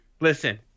Listen